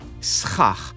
schach